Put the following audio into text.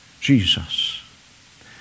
Jesus